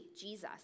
Jesus